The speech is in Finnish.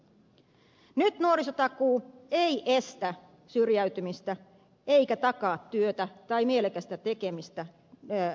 nyt nuorisotakuu ei estä syrjäytymistä eikä takaa työtä tai mielekästä tekemistä nuorille työttömille